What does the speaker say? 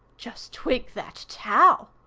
just twig that tau!